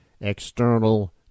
external